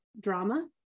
drama